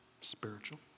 spiritual